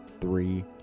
three